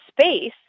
space